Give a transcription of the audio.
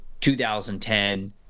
2010